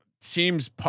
seems